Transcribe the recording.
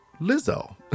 Lizzo